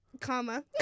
comma